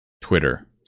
Twitter